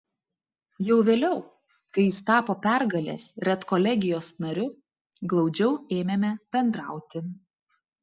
jau vėliau kai jis tapo pergalės redkolegijos nariu glaudžiau ėmėme bendrauti